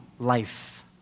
life